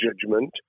judgment